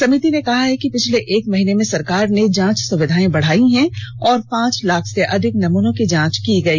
समिति ने कहा कि पिछले एक महीने में सरकार ने जांच सुविधाएं बढ़ाई हैं और पांच लाख से अधिक नमूनों की जांच की गई